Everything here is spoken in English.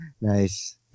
nice